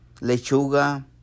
lechuga